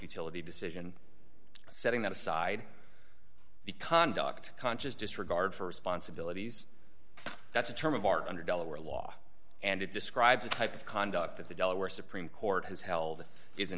utility decision setting that aside the conduct conscious disregard for responsibilities that's a term of art under delaware law and it describes a type of conduct that the delaware supreme court has held is a